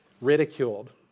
ridiculed